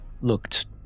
looked